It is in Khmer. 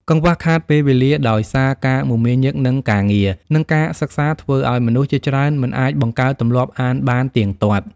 កង្វះខាតពេលវេលាដោយសារការមមាញឹកនឹងការងារ និងការសិក្សា ធ្វើឱ្យមនុស្សជាច្រើនមិនអាចបង្កើតទម្លាប់អានបានទៀងទាត់។